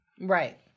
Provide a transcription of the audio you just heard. Right